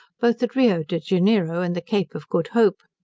both at rio de janeiro and the cape of good hope.